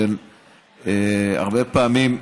הרבה פעמים,